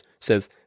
says